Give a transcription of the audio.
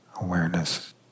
awareness